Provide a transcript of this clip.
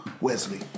Wesley